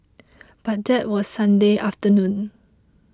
but that was Sunday afternoon